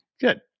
Good